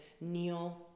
Kneel